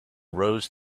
rows